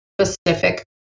specific